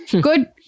good